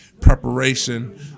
preparation